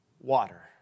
water